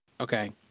Okay